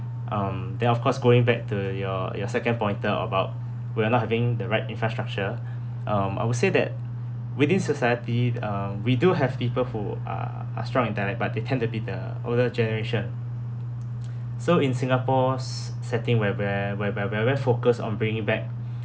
um then of course going back to your your second pointer about we're not having the right infrastructure um I would say that within society uh we do have people who are are strong in dialect but they tend to be the older generation so in singapore's setting where where whereby we lack focus on bringing it back